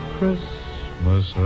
Christmas